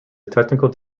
technical